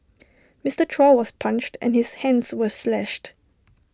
Mister Joshua was punched and his hands were slashed